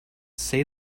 say